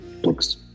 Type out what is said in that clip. books